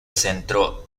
centro